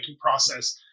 process